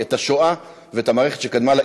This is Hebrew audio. כי את השואה ואת המערכת שקדמה לה